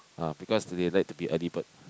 ah because they like to be early bird